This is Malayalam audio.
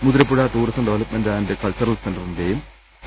Muthirapuzha tourism development and cultural സെന്ററിന്റെയും കെ